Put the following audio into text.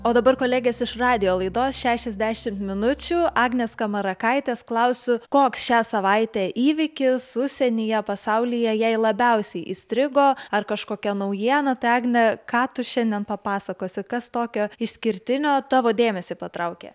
o dabar kolegės iš radijo laidos šešiasdešimt minučių agnės skamarakaitės klausiu koks šią savaitę įvykis užsienyje pasaulyje jai labiausiai įstrigo ar kažkokia naujiena tai agne ką tu šiandien papasakosi kas tokio išskirtinio tavo dėmesį patraukė